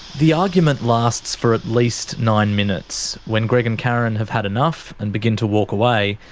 the argument lasts for at least nine minutes. when greg and karen have had enough and begin to walk away,